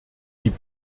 die